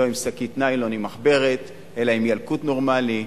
ולא עם שקית ניילון עם מחברת אלא עם ילקוט נורמלי,